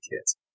kids